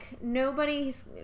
nobody's